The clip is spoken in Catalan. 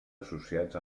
associats